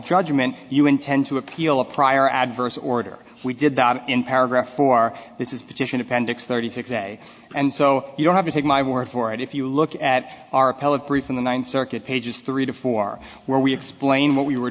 judgment you intend to appeal a prior adverse order we did that in paragraph four this is petition appendix thirty six a and so you don't have to take my word for it if you look at our appellate brief in the ninth circuit pages three to four where we explain what we were